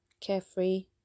carefree